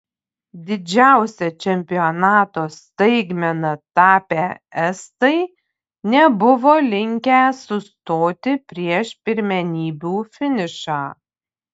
didžiausia čempionato staigmena tapę estai nebuvo linkę sustoti prieš pirmenybių finišą